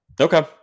Okay